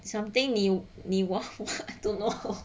something 你你哇哇 to normal